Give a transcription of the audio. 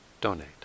donate